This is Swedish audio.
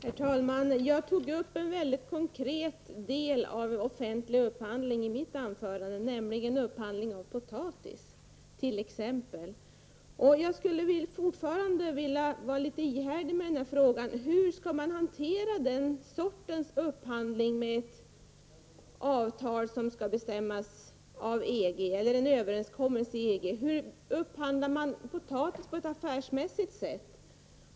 Herr talman! Jag tog upp en väldigt konkret del av offentlig upphandling i mitt anförande, nämligen upphandling av t.ex. potatis. Jag skulle vilja vara litet ihärdig med den frågan: Hur skall man hantera den sortens upphandling med avtal som skall bestämmas i EG eller genom en överenskommelse i EG? Hur upphandlar man potatis på ett affärsmässigt sätt?